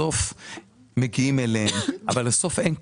בסוף מגיעים אלינו אבל בסוף אין כלום.